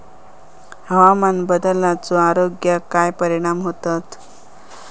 हवामान बदलाचो आरोग्याक काय परिणाम होतत?